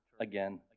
again